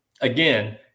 again